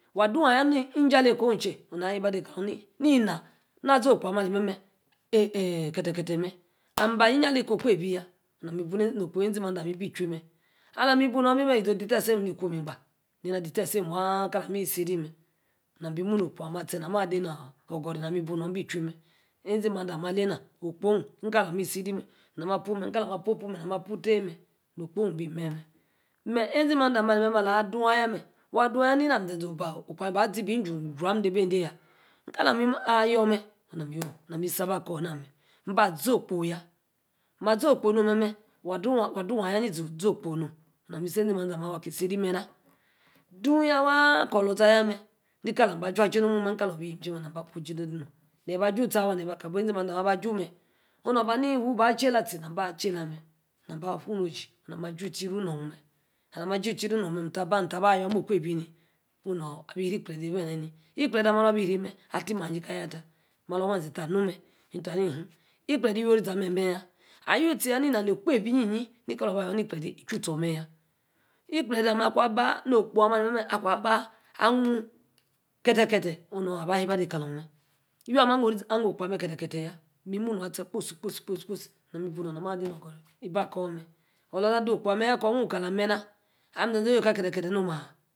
Waa. doom aya. ni injalekooh. che oh na yeba de kalon nī. ina. na zoh. okpo. amah alimeme. eey-eey. ketech. ketech. mme ami ba. ayi-ínjalekah okpebí yaa. nami bu noh-okpo. ezi maude amah ebi chwi mme. alami. ibu nor ebi. ízí. ode teseey sem. ni kwom egba. ne-nah. ade-tessí mme waa. kie nami-īsiri. mme nam bī mooh no-okpo amah. ateh. nam-amah ade noo-ogori. namí. bu nor ebí chewí mme. okpo. ni kala. meh. sí-ríe meh. nam. mah appuu meh. ono-na mah puu teh mme. okpo-oh ni meya ni meh yah ezí-mande ameh alī mme. alah ami adu ayah mmeh. namí ízí oh-okpo amah baa zí drey graamh nom mah. kala. ami ayor mme na-me isi aba kor meh onah mme. nn-ba zoh-okpo. yaah mah. zoh-okpo. nom meh-meh. adu ayah. ni zī ozoh-okpo nom. nami īsī. eȝey mande amah alimeh. alah adu-ayah mme. waa adu ayah nami. ízeȝee boh-okpo ameh bah. jīey graamh nomah. bí-jrey graamh de-ben-deh nomah kala aami ayor mme. nn-bah zoh-okpo yah. mah zoh-okpo nom-memeh wa-ah adu ayah. ní-ízana. īzi ozoh-okpo nom namī îsi ezee mande ame akí sírî lami. aj̄u-j́iê no-omu-mu. kami gee meh namí bí. ezin mande ameh. aba-aju meh. maha ni ìbu bah ahe-hah tie. nami ache-lah. nami ah. wooh no-oji. nami-mah aj́u tie yīrru nomeh. alah mah aj́u-tíe yirru nomeh. ntah ni. ikplede amah alooh abí rí-mmeh. atímayí kayah. tah malor-oh-wheeȝe kar anu bene. eni kaha. ni-nn-heem. ikplede iwi-orizah meh yah aywu-tíeyer. ni nano-okpebí enyi yie ikalor aba yor nu-abí ichwí utie ameh yaa. ikplede aku abah no-okpo. ameh. aku. aba keteh-ketch. onu. nua aba yeh́ bah kalor meh iwi amah anoh-okpo. keteh-ketch yaa. mí-manu atie kposi-kposí,-kposí. nami íbu no. ahh ade ibi akor meh. olor-ȝah. do-oh-okpo ameh yaa. kor noon kalam meh nah. ami zezee. ami zezee. oh-yekar keteh-keteh. nom mah